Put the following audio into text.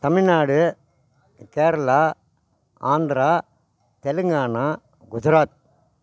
Tamil Nadu Kerala Andhra Telangana Gujarat